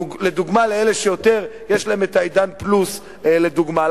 אלה שיש להם את "עידן פלוס" לדוגמה.